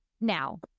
now